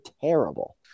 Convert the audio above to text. terrible